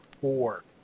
four